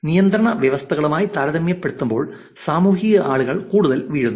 നിയന്ത്രണ വ്യവസ്ഥയുമായി താരതമ്യപ്പെടുത്തുമ്പോൾ സാമൂഹിക ആളുകൾ കൂടുതൽ വീഴുന്നു